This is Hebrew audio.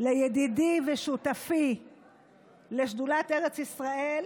לידידי ושותפי לשדולת ארץ ישראל